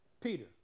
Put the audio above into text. Peter